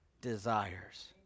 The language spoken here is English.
desires